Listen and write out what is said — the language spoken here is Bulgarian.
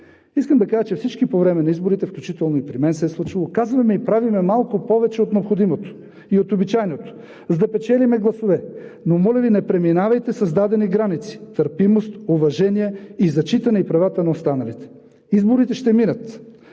Искам да кажа, че всички по време на изборите, включително и при мен се е случвало, казваме и правим малко повече от необходимото и от обичайното, за да печелим гласове. Но моля Ви, не преминавайте създадени граници – търпимост, уважение и зачитане правата на останалите. Изборите ще минат,